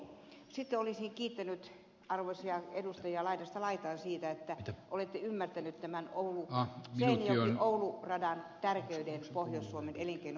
sitten olisi kiittänyt arvoisia edustajia laidasta laitaan siitä että olette ymmärtäneet tämän seinäjokioulu radan tärkeyden pohjois suomen elinkeinoelämälle